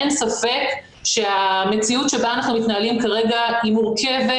אין ספק שהמציאות שבה אנחנו מתנהלים כרגע היא מורכבת,